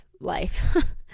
life